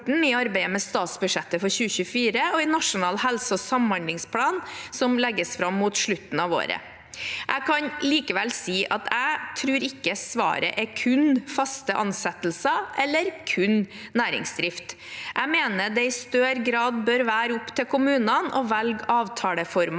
i arbeidet med statsbudsjettet for 2024 og i Nasjonal helse- og samhandlingsplan, som legges fram mot slutten av året. Jeg kan likevel si at jeg ikke tror svaret er kun faste ansettelser eller kun næringsdrift. Jeg mener det i større grad bør være opp til kommunene å velge avtaleformer